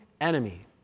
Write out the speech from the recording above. enemy